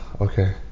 Okay